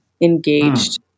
engaged